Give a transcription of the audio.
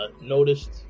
noticed